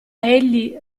egli